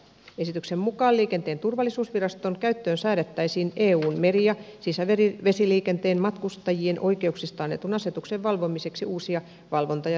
esityksen mukaan liikenteen turvallisuusviraston käyttöön säädettäisiin eun meri ja sisävesiliikenteen matkustajien oikeuksista annetun asetuksen valvomiseksi uusia valvonta ja sanktiokeinoja